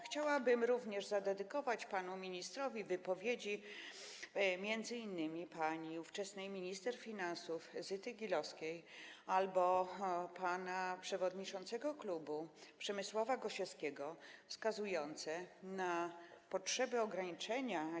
Chciałabym również zadedykować panu ministrowi wypowiedzi m.in. ówczesnej minister finansów pani Zyty Gilowskiej albo pana przewodniczącego klubu Przemysława Gosiewskiego wskazujące w tej dyskusji na potrzebę ograniczenia.